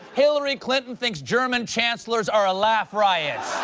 hillary clinton thinks german chancellors are a laugh riot.